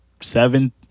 seven